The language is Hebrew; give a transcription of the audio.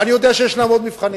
ואני יודע שיש עוד מבחנים,